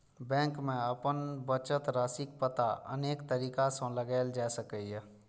bank मे अपन बचत राशिक पता अनेक तरीका सं लगाएल जा सकैए